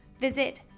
visit